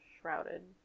shrouded